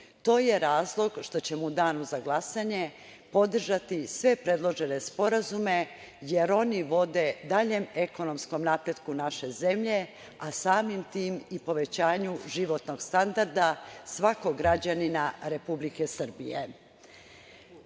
To je razlog što ćemo u danu za glasanje podržati sve predložene sporazume, jer oni vode daljem ekonomskom napretku naše zemlje, a samim tim i povećanju životnog standarda svakog građanina Republike Srbije.U